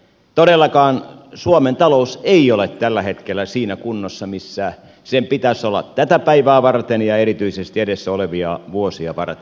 todellakaan suomen talous ei ole tällä hetkellä siinä kunnossa missä sen pitäisi olla tätä päivää varten ja erityisesti edessä olevia vuosia varten